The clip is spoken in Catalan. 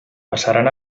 passaran